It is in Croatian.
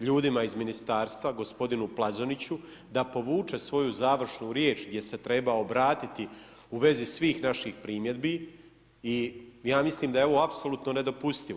ljudima iz ministarstva gospodinu Plazoniću da povuče svoju završnu riječ gdje se treba obratiti u vezi svih naših primjedbi i ja mislim da je ovo apsolutno nedopustivo.